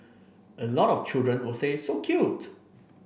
a lot of children will say so cute